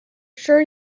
sure